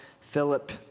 Philip